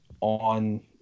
on